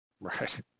Right